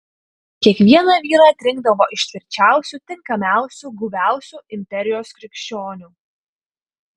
kiekvieną vyrą atrinkdavo iš tvirčiausių tinkamiausių guviausių imperijos krikščionių